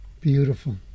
Beautiful